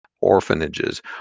orphanages